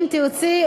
אם תרצי,